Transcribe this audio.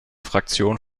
fraktion